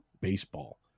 baseball